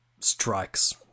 strikes